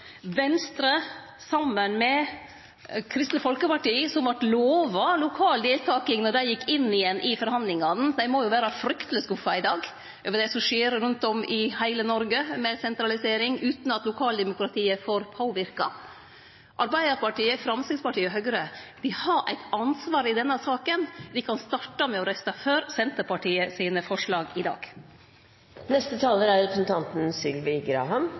Venstre, saman med Kristeleg Folkeparti som vart lova lokal deltaking då dei gjekk inn igjen i forhandlingane, må vere frykteleg skuffa i dag over det som skjer rundt om i heile Noreg med sentralisering utan at lokaldemokratiet får påverke. Arbeidarpartiet, Framstegspartiet og Høgre har eit ansvar i denne saka, dei kan starte med å røyste for Senterpartiet sine forslag i